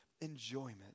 enjoyment